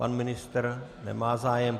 Pan ministr nemá zájem.